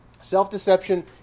Self-deception